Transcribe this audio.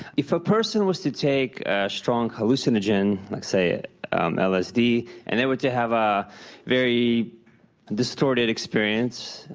if a person was to take a strong hallucinogen, let's say ah um lsd, and they were to have a very distorted experience,